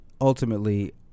ultimately